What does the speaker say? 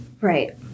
Right